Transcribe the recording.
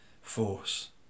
force